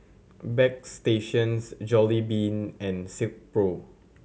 Bagstationz Jollibean and Silkpro